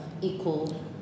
equal